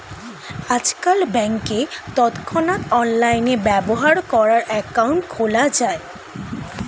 আজকাল ব্যাংকে তৎক্ষণাৎ অনলাইনে ব্যবহার করার অ্যাকাউন্ট খোলা যায়